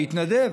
להתנדב.